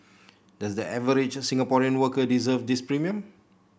does the average Singaporean worker deserve this premium